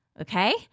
okay